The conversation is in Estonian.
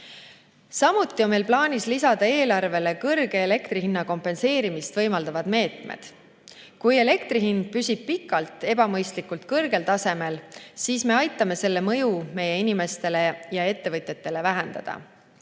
Samuti on meil plaanis lisada eelarvele elektri kõrge hinna kompenseerimist võimaldavad meetmed. Kui elektri hind püsib pikalt ebamõistlikult kõrgel tasemel, siis me aitame selle mõju meie inimestele ja ettevõtjatele vähendada.